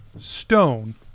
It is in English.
stone